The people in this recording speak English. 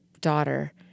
Daughter